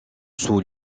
sous